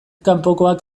kanpokoak